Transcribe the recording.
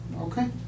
Okay